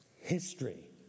history